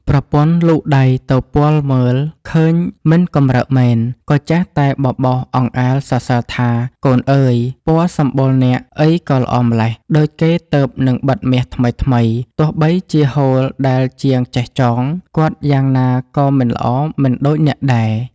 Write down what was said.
ប្រពន្ធលូកដៃទៅពាល់មើលឃើញមិនកំរើកមែន ក៏ចេះតែបបោស អង្អែលសរសើរថា “កូនអើយ! ពណ៌សំបុរអ្នកអីក៏ល្អម្ល៉េះ ដូចគេទើបនិងទីបមាសថ្មីៗ ទោះបីជាហូលដែលជាងចេះចង គាត់យ៉ាងណាក៏មិនល្អមិនដូចអ្នកដែរ ”។